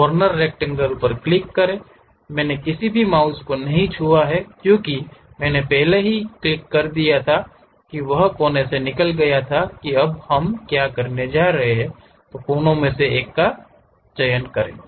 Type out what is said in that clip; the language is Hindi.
कॉर्नर रक्टैंगल पर क्लिक करें मैंने किसी भी माउस को नहीं छुआ क्योंकि मैंने पहले ही क्लिक कर दिया था कि वह कोने से निकल गया था कि अब हम क्या करने जा रहे हैं कोने में से एक को चुनें